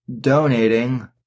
donating